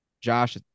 Josh